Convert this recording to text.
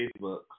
Facebook